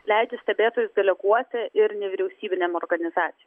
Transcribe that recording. leidžia stebėtojus deleguoti ir nevyriausybinėm organizacijo